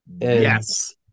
Yes